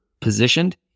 positioned